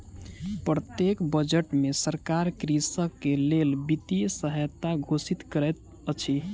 प्रत्येक बजट में सरकार कृषक के लेल वित्तीय सहायता घोषित करैत अछि